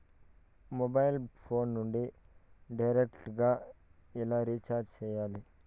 mobile phone నుండి direct గా ఎలా రీచార్జి సేయాలి